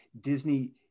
Disney